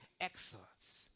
excellence